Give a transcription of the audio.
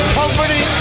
company